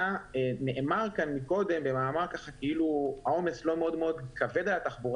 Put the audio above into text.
נאמר כאן קודם כאילו העומס לא מאוד מאוד כבד על התחבורה